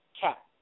cap